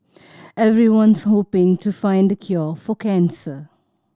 everyone's hoping to find the cure for cancer